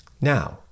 Now